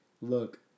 look